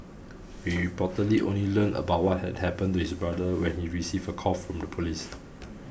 he reportedly only learned about what had happened to his brother when he received a call from the police